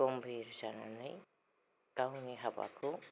गाम्भिर जानानै गावनि हाबाखौ